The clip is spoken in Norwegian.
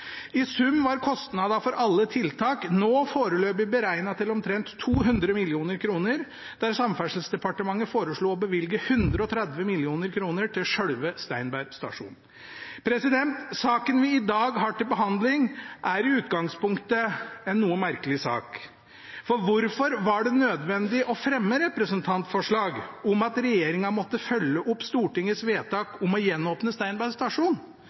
I sum var kostnadene for alle tiltak nå foreløpig beregnet til omtrent 200 mill. kr, der Samferdselsdepartementet foreslo å bevilge 130 mill. kr til selve Steinberg stasjon. Saken vi i dag har til behandling, er i utgangspunktet en noe merkelig sak. Hvorfor var det nødvendig å fremme representantforslag om at regjeringen måtte følge opp Stortingets vedtak om å gjenåpne